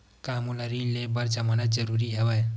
का मोला ऋण ले बर जमानत जरूरी हवय?